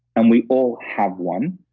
and we all have one.